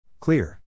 Clear